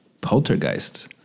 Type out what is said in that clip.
Poltergeist